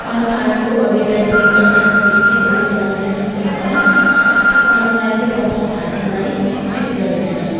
अनुहारको अभिव्यक्तिका मांसपेसीहरू चलाउन नसक्दा अनुहारको पक्षाघातलाई चित्रित गरिन्छ